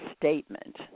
statement